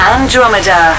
Andromeda